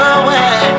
away